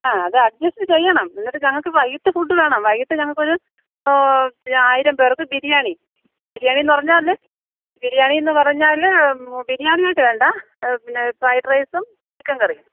ആ അത് അഡ്ജസ്റ്റ് ചെയ്യണം എന്നിട്ട് ഞങ്ങൾക്ക് വൈകിട്ട് ഫുഡ് വേണം വൈകിട്ട് ഞങ്ങൾക്കൊരു ആയിരം പേർക്ക് ബിരിയാണി ബിരിയാണി എന്ന് പറഞ്ഞാൽ ബിരിയാണി എന്ന് പറഞ്ഞാൽ ബിരിയാണിയായിട്ട് വേണ്ട പിന്നെ ഫ്രൈഡ് റൈസും ചിക്കൻ കറിയും